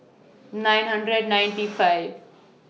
nine hundred ninety five